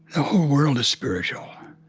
the whole world is spiritual